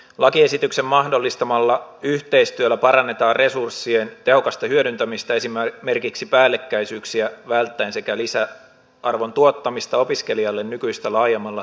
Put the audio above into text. lakiesityksen mahdollistamalla yhteistyöllä parannetaan resurssien tehokasta hyödyntämistä esimerkiksi päällekkäisyyksiä välttäen sekä lisäarvon tuottamista opiskelijalle nykyistä laajemmalla kieltenopetustarjonnalla